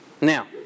Now